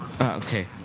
Okay